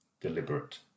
Deliberate